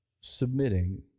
submitting